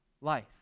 life